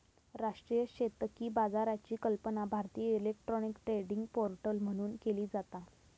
राष्ट्रीय शेतकी बाजाराची कल्पना भारतीय इलेक्ट्रॉनिक ट्रेडिंग पोर्टल म्हणून केली जाता